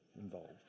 involved